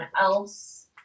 else